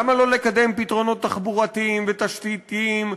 למה לא לקדם פתרונות תחבורתיים ותשתיתיים,